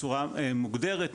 בצורה מוגדרת,